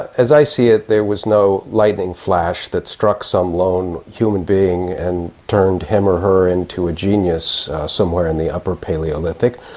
as i see it there was no lightning flash that struck some lone human being and turned him or her into a genius somewhere in the upper palaeolithic.